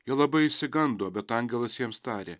jie labai išsigando bet angelas jiems tarė